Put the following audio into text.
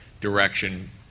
direction